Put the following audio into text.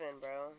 bro